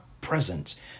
present